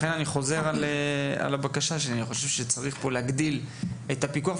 לכן אני חוזר על הבקשה שלי אני חושב שצריך להגדיל את הפיקוח.